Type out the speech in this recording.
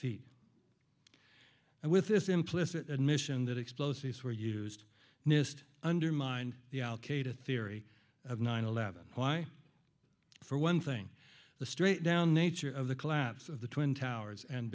feet and with this implicit admission that explosives were used nist undermined the al qaeda theory of nine eleven why for one thing the straight down nature of the collapse of the twin towers and